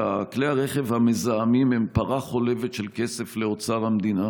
שכלי הרכב המזהמים הם פרה חולבת של כסף לאוצר המדינה.